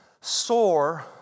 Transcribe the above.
soar